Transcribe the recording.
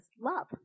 love